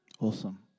Awesome